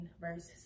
verse